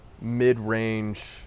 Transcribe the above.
mid-range